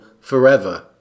forever